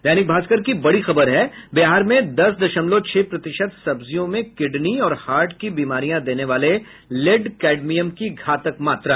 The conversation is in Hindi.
दैनिक भास्कर की बड़ी खबर है बिहार में दस दशमलव छह प्रतिशत सब्जियों में किडनी और हार्ट की बीमारियां देने वाले लेड कैडमियम की घातक मात्रा